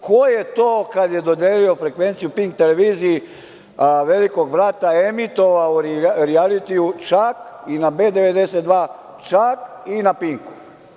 Ko je to kada je dodelio frekvenciju PINK televiziji „Velikog brata“ emitovao u rijalitiju čak i na B92, čak i na PINK?